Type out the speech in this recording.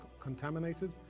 contaminated